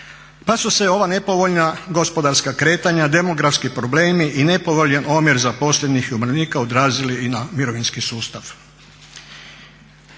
Pa su se ova nepovoljna gospodarska kretanja, demografski problemi i nepovoljan omjer zaposlenih umirovljenika odrazili i na mirovinski sustav.